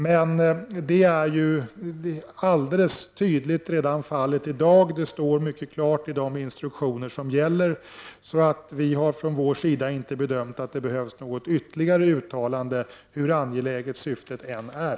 Men det framgår mycket tydligt redan i dag av de instruktioner som gäller. Därför har vi inte gjort be dömningen att det skulle behövas ytterligare ett uttalande på den punkten, hur angeläget syftet än är.